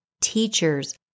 teachers